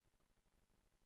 נא לספור את